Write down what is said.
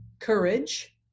courage